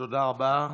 תודה רבה.